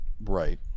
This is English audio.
right